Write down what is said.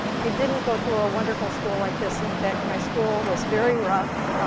i didn't go to a wonderful school like this. in fact, my school was very rough.